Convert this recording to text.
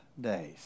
days